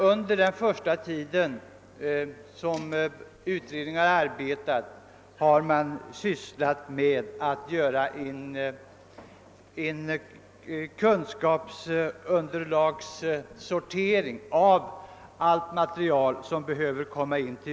Under den första tiden då denna utredning arbetade gjorde den en inventering av allt det kunskapsunderlag som behövdes för utredningsarbetet.